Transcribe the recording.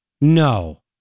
No